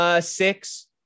six